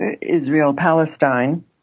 Israel-Palestine